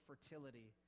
fertility